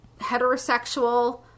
heterosexual